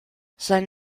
sein